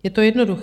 Je to jednoduché.